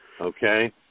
okay